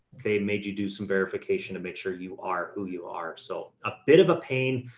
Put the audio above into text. they made you do some verification to make sure you are who you are. so a bit of a pain,